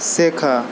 শেখা